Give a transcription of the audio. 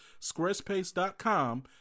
squarespace.com